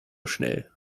schnell